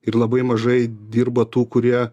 ir labai mažai dirba tų kurie